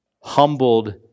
humbled